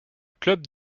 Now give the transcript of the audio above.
club